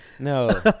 No